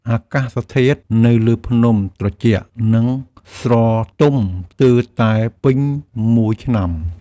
អាកាសធាតុនៅលើភ្នំត្រជាក់ និងស្រទំស្ទើរតែពេញមួយឆ្នាំ។